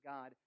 God